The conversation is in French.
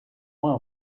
moins